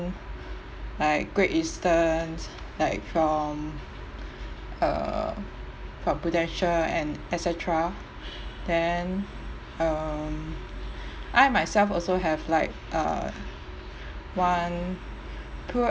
like Great Eastern like from uh from Prudential and et cetera then um I myself also have like uh one